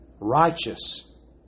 righteous